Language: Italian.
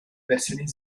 versioni